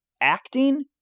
Acting